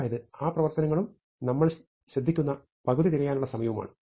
അതായത് ആ പ്രവർത്തനങ്ങളും നമ്മൾ ശ്രദ്ധിക്കുന്ന പകുതി തിരയാനുള്ള സമയവുമാണ്